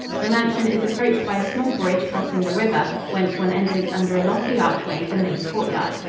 the mansion is approached by a small bridge crossing the river, whence one enters under a lofty archway the main courtyard.